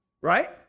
Right